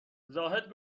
زاهد